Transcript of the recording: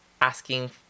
asking